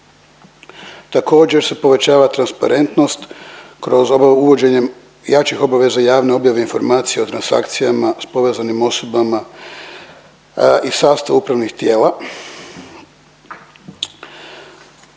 Također se povećava transparentnost kroz uvođenjem jačih obaveza javne objave informacija o transakcijama s povezanim osobama i sastava upravnih tijela.